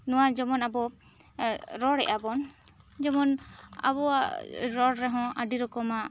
ᱱᱚᱣᱟ ᱡᱮᱢᱚᱱ ᱟᱵᱚ ᱨᱚᱲᱮᱜ ᱟᱵᱚᱱ ᱡᱮᱢᱚᱱ ᱟᱵᱚᱣᱟᱜ ᱨᱚᱲ ᱨᱮᱦᱚᱸ ᱟᱹᱰᱤ ᱨᱚᱠᱚᱢᱟᱜ